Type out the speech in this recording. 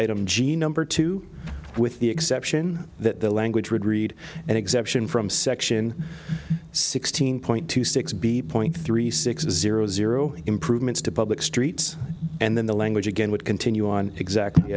item g number two with the exception that the language would read an exemption from section sixteen point two six b point three six zero zero improvements to public streets and then the language again would continue on exactly